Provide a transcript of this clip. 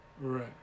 Right